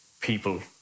people